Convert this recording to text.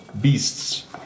beasts